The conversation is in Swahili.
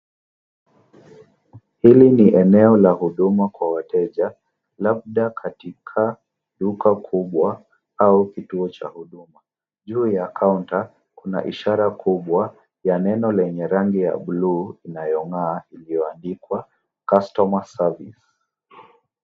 Hili ni eneo la huduma kwa wateja labda katika duka kubwa au kituo cha huduma. Juu ya kaunta kuna ishara kubwa ya neno lenye rangi ya buluu inayong'aa iliyoandikwa customer service .